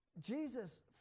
Jesus